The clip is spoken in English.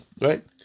right